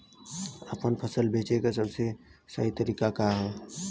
आपन फसल बेचे क सबसे सही तरीका का ह?